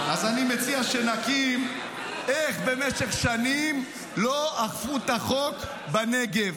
אז אני מציע שנקים איך במשך שנים לא אכפו את החוק בנגב.